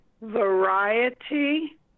variety